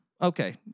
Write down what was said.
okay